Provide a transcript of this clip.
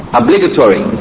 obligatory